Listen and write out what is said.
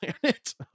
planet